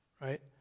right